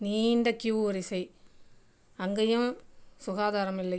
நீண்ட கியூ வரிசை அங்கேயும் சுகாதாரமில்லை